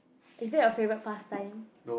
is that your favourite pass time